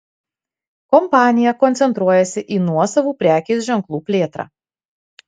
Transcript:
kompanija koncentruojasi į nuosavų prekės ženklų plėtrą